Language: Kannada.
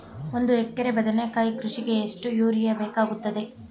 ಒಂದು ಎಕರೆ ಬದನೆಕಾಯಿ ಕೃಷಿಗೆ ಎಷ್ಟು ಯೂರಿಯಾ ಬೇಕಾಗುತ್ತದೆ?